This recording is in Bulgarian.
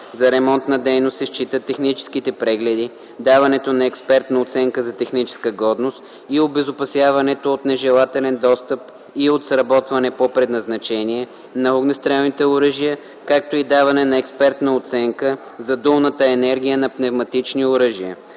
За ремонтна дейност се считат техническите прегледи, даването на експертна оценка за техническата годност и обезопасяването от нежелателен достъп и от сработване по предназначение на огнестрелните оръжия, както и даване на експертна оценка за дулната енергия на пневматични оръжия.